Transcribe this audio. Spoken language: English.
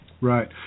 Right